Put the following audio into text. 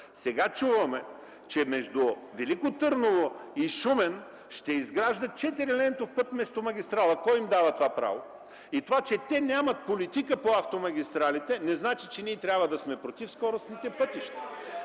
Сега чуваме, че между Велико Търново и Шумен ще изграждат четирилентов път, вместо магистрала. Кой им дава това право? Това, че те нямат политика по автомагистралите, не значи, че ние трябва да сме против скоростните пътища.